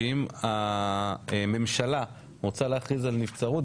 שאם הממשלה רוצה להכריז על נבצרות,